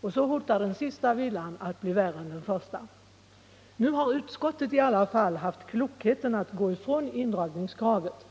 Och så hotar den sista villan att bli värre än den första. Nu har utskottet i alla fall haft klokheten att gå ifrån indragningskravet.